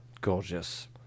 gorgeous